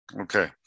Okay